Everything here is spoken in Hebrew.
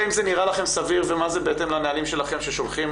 האם זה נראה לכם סביר ומה זה בהתאם לנהלים שלכם ששולחים